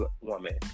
woman